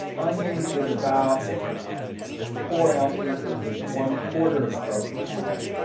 onion is about four ounces, which is one quarter of a pound.